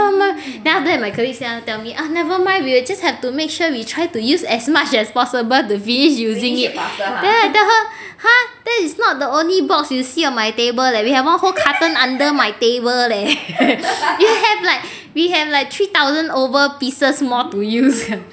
then after that my colleagues still want tell me uh never mind we will just have to make sure we try to use as much as possible to finish using it then I tell her !huh! that's not the only box you see on my table leh we have one whole carton under my table leh we have like we have like three thousand over pieces more to use eh